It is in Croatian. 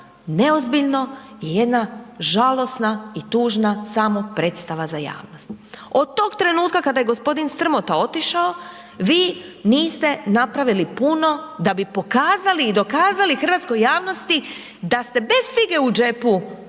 neozbiljno i jedna žalosna i tužna samo predstava za javnost. Od toga trenutka kada je g. Strmota otišao vi niste napravili puno da bi pokazali i dokazali hrvatskoj javnosti da ste bez fige u džepu